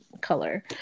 color